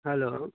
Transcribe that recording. hello